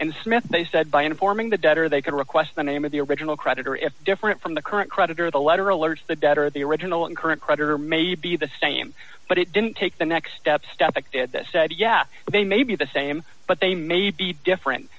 and smith they said by informing the debtor they can request the name of the original creditor if different from the current creditor the letter alerts the debtor the original and current creditor may be the same but it didn't take the next step step by step yeah they may be the same but they may be different